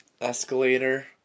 escalator